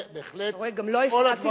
אתה רואה, גם לא הפרעתי,